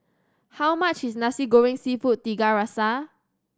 how much is Nasi Goreng Seafood Tiga Rasa